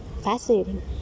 Fascinating